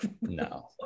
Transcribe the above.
No